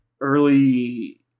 early